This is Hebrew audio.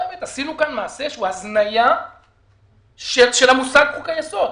עשינו כאן מעשה שהוא הזניה של המושג חוקי יסוד.